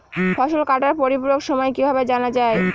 ফসল কাটার পরিপূরক সময় কিভাবে জানা যায়?